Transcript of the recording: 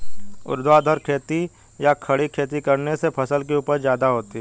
ऊर्ध्वाधर खेती या खड़ी खेती करने से फसल की उपज ज्यादा होती है